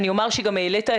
אני אומר שגם העלית,